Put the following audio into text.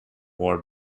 war